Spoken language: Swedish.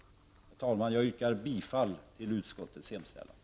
Herr talman! Jag yrkar bifall till utskottets hemställan.